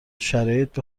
شرایط